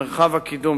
מרחב הקידום,